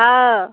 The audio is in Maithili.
ओ